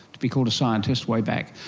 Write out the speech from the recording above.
to be called a scientist, way back,